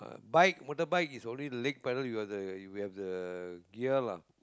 bike motorbike is always leg pedal you got the we have the gear lah